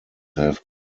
have